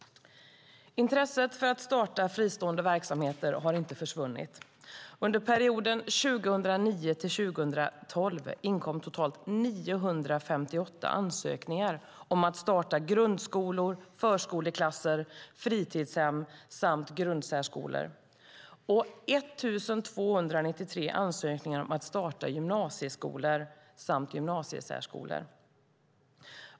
Intresset för att starta fristående verksamheter har inte försvunnit. Under perioden 2009-2012 inkom totalt 958 ansökningar om att starta grundskolor, förskoleklasser, fritidshem samt grundsärskolor, och 1 293 ansökningar om att starta gymnasieskolor samt gymnasiesärskolor.